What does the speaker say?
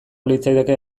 litzaidake